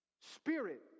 spirit